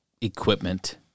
equipment